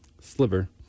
sliver